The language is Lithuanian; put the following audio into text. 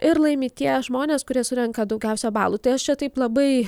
ir laimi tie žmonės kurie surenka daugiausiai balų tai aš čia taip labai